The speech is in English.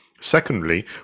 Secondly